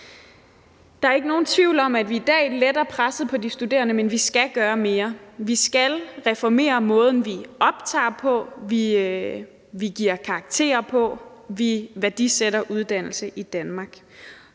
Der er ikke nogen tvivl om, at vi i dag letter presset på de studerende, men vi skal gøre mere. Vi skal reformere måden, vi optager på, måden, vi giver karakterer på, måden, vi værdisætter uddannelse i Danmark